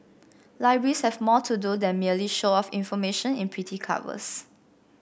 libraries have more to do than merely show off information in pretty covers